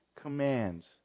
commands